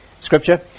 scripture